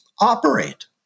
operate